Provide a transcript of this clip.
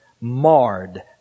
marred